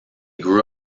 grew